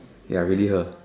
ya really her